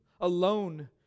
alone